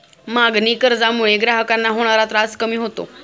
मागणी कर्जामुळे ग्राहकांना होणारा त्रास कमी होतो